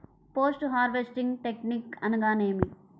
Post harvesting technique అనగా నేమి?